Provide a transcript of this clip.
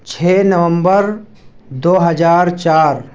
چھ نومبر دو ہزار چار